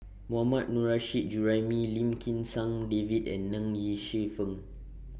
Mohammad Nurrasyid Juraimi Lim Kim San David and Ng Yi Sheng